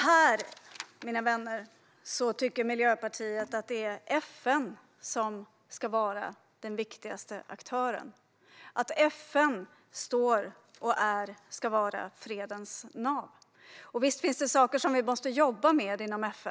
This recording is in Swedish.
Här, mina vänner, tycker Miljöpartiet att det är FN som ska vara den viktigaste aktören. FN ska vara fredens nav. Visst finns det saker vi måste jobba med inom FN.